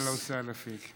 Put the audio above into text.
אהלן וסהלן פיכ.